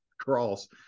cross